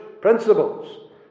principles